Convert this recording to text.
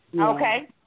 Okay